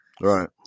Right